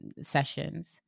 sessions